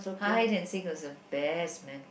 hide and seek also best man